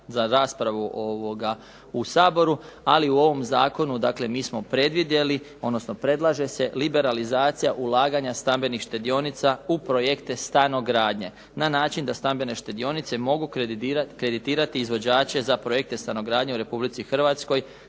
za raspravu u Saboru. Ali u ovom zakonu mi smo predvidjeli, odnosno predlaže se liberalizacija ulaganja stambenih štedionica u projekte stanogradnje na način da stambene štedionice mogu kreditirati izvođače za projekte stanogradnje u RH za